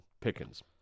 Pickens